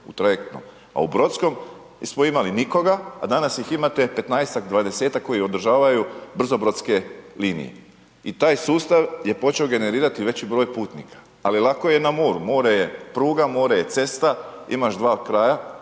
u trajektnom, a u brodskom nismo imali nikoga, a danas ih imate 15-tak, 20-tak koji održavaju brzobrodske linije i taj sustav je počeo generirati veći broj putnika, ali lako je na moru, more je pruga, more je cesta, imaš 2 kraja,